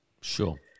Sure